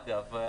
אגב.